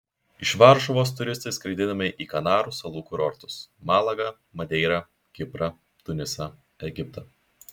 iš varšuvos turistai skraidinami į kanarų salų kurortus malagą madeirą kiprą tunisą egiptą